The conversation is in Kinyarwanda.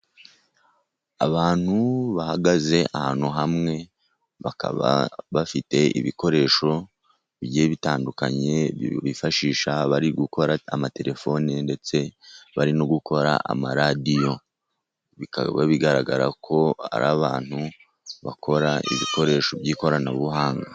Abantu bahagaze ahantu hamwe, bakaba bafite ibikoresho bigiye bitandukanye bifashisha bari gukora amaterefone, ndetse bari no gukora amaradiyo. Bikaba bigaragara ko ari abantu bakora ibikoresho by'ikoranabuhanga.